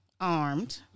armed